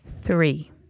three